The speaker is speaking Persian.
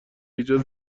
ایجاد